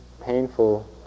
painful